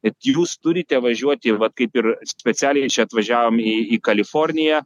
bet jūs turite važiuoti vat kaip ir specialiai čia atvažiavom į į kaliforniją